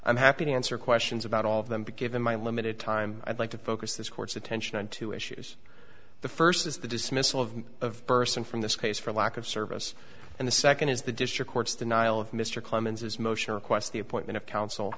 i'm happy to answer questions about all of them be given my limited time i'd like to focus this court's attention on two issues the first is the dismissal of of person from this case for lack of service and the second is the district courts the nile of mr clemens as motion requests the appointment of counsel